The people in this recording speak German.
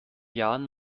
jahren